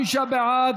65 בעד,